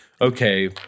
okay